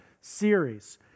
series